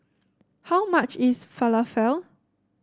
how much is Falafel